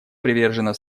привержена